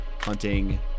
hunting